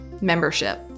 membership